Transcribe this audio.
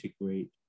integrate